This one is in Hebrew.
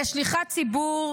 כשליחת ציבור,